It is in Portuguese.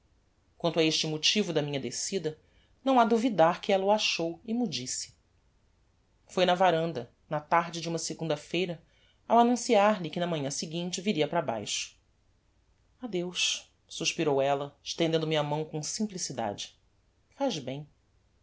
quanto a este motivo da minha descida não ha duvidar que ella o achou e m'o disse foi na varanda na tarde de uma segunda-feira ao annunciar lhe que na seguinte manhã viria para baixo adeus suspirou ella estendendo me a mão com simplicidade faz bem